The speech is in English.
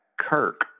Kirk